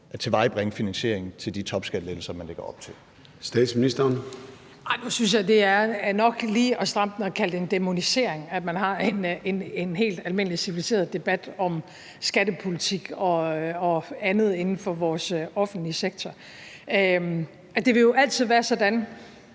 Statsministeren. Kl. 13:54 Statsministeren (Mette Frederiksen): Nej, nu synes jeg, det nok lige er at stramme den at kalde det en dæmonisering, at man har en helt almindelig civiliseret debat om skattepolitik og andet inden for vores offentlige sektor. Det vil jo altid være sådan,